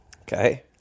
Okay